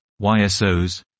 YSOs